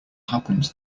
happens